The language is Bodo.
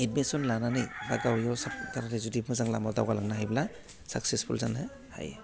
एडमिसन लानानै बा इयाव जुदि मोजां लामा दावगालांनो हायोब्ला साखसेसफुल जानो हायो